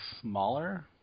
smaller